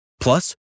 Plus